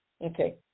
Okay